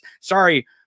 Sorry